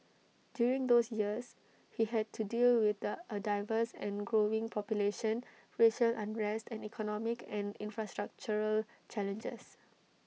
during those years he had to deal with the A diverse and growing population racial unrest and economic and infrastructural challenges